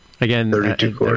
Again